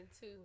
two